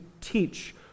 teach